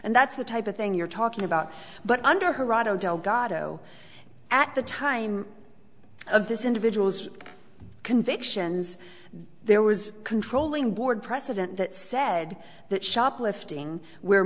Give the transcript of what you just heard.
and that's the type of thing you're talking about but under hereto delgado at the time of this individual's convictions there was controlling board precedent that said that shoplifting where